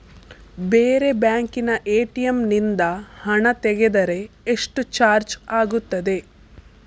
ಬೇರೆ ಬ್ಯಾಂಕಿನ ಎ.ಟಿ.ಎಂ ನಿಂದ ಹಣ ತೆಗೆದರೆ ಎಷ್ಟು ಚಾರ್ಜ್ ಆಗುತ್ತದೆ?